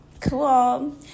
cool